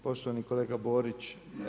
Poštovani kolega Borić.